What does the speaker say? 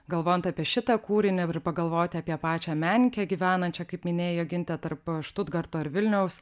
galvojant apie šitą kūrinį ir pagalvoti apie pačią menininkę gyvenančią kaip minėjai joginte tarp štutgarto ir vilniaus